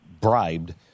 bribed